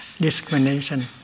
discrimination